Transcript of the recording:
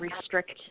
restrict